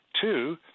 Two